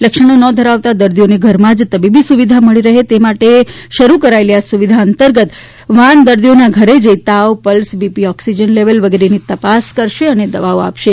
લક્ષણો ન ધરાવતા દર્દીઓને ઘરમાં જ તબીબી સુવિધા મળી રહે તે માટે શરૂ કરાયેલી આ સુવિધા અંતર્ગત વાન દર્દીના ઘેર જઇ તાવ પલ્સ બીપી ઓક્સિજન લેવલ વગેરેની તપાસ કરશે તથા દવાઓ આપશે